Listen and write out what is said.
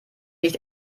nicht